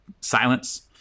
silence